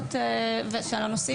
ההשתלמויות ושל הנושאים?